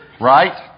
right